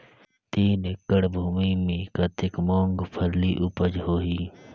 तीन एकड़ भूमि मे कतेक मुंगफली उपज होही?